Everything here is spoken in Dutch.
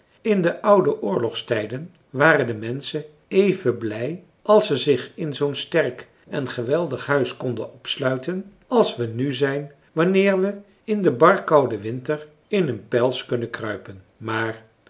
in de oude oorlogstijden waren de menschen even blij als ze zich in zoo'n sterk en geweldig huis konden opsluiten als we nu zijn wanneer we in den bar kouden winter in een pels kunnen kruipen maar